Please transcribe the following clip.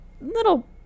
little